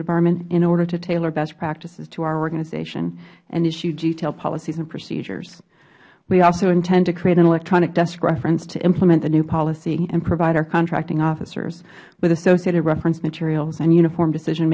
debarment in order to tailor best practices to our organization and issue detailed policies and procedures we also intend to create an electronic desk reference to implement the new policy and provide our contracting officers with associated reference materials and uniform decision